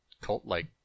cult-like